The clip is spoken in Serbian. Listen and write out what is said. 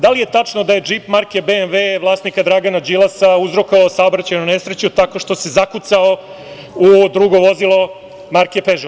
Da li je tačno da je džip marke BMV vlasnika Dragana Đilasa uzrokovao saobraćajnu nesreću tako što se zakucao u drugo vozili marke „pežo“